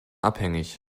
abhängig